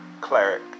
cleric